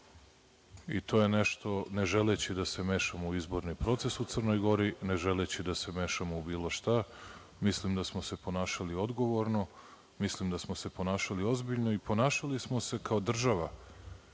I, to je nešto, ne želeći da se mešam u izborni proces u Crnoj Gori, ne želeći da se mešam u bilo šta. Mislim da smo se ponašali odgovorno. Mislim da smo se ponašali ozbiljno i ponašali smo se kao država,